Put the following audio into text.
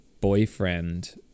boyfriend